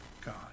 God